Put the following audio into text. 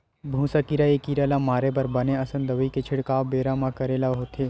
भूसा कीरा ए कीरा ल मारे बर बने असन दवई के छिड़काव बेरा म करे ले होथे